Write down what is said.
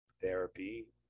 therapy